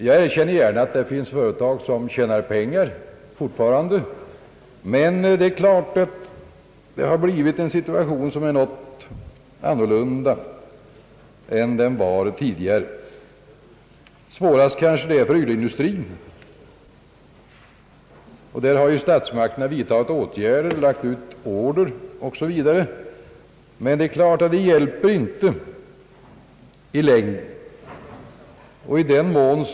Jag erkänner gärna att det finns företag som fortfarande tjänar pengar, men det är klart att vi har fått en något annorlunda situation än den vi hade tidigare. Svårast kanske det är för ylleindustrin. Beträffande den har ju statsmakterna vidtagit åtgärder — lagt ut order o. s. v. — men det är klart att det inte hjälper i längden.